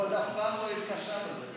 הוא עוד אף פעם לא התקשה בזה.